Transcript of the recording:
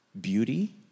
Beauty